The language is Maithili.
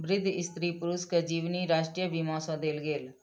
वृद्ध स्त्री पुरुष के जीवनी राष्ट्रीय बीमा सँ देल गेल